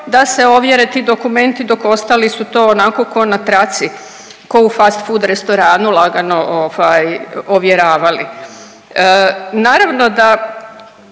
da se ovjere ti dokumenti dok ostali su to onako ko na traci ko u fast food restoranu lagano ovjeravali. Naravno da